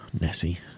Nessie